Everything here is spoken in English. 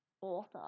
author